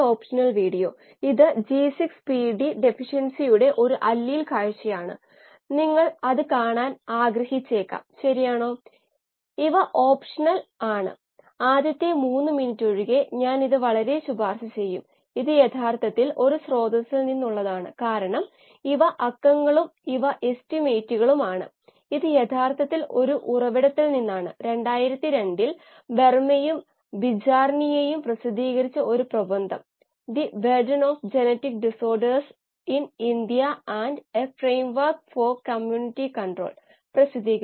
കോശങ്ങളുടെ അഭാവത്തിൽ ബയോറെയാക്ടറിലെ ഓക്സിജൻ സോർപ്ഷൻ പ്രക്രിയസമയത്ത് മില്ലിവോൾട്ട് VS സമയം ഡൈനാമിക് പ്രതികരണ രീതി